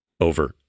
Over